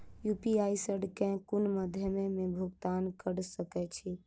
UPI सऽ केँ कुन मध्यमे मे भुगतान कऽ सकय छी?